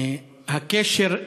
הקשר,